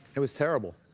it was terrible.